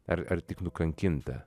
ar ar tik nukankinta